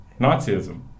Nazism